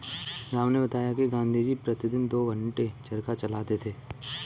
राम ने बताया कि गांधी जी प्रतिदिन दो घंटे चरखा चलाते थे